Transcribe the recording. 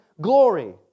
glory